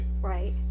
Right